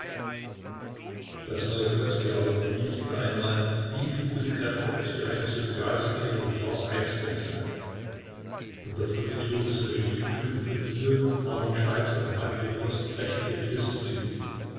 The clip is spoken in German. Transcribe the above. das neue volkstheater bewies wieder einmal wieviel gute kräfte es für eine sozialsatirische farce einzusetzen hat unter friedrich lobes regie schufen fritz lion armin schweizer und manfred fürst prächtige